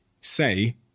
say